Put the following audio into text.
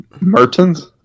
Mertens